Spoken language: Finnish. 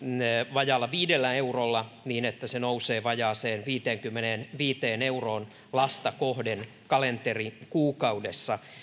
vajaalla viidellä eurolla niin että se nousee vajaaseen viiteenkymmeneenviiteen euroon lasta kohden kalenterikuukaudessa